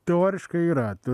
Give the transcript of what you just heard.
teoriškai yra tai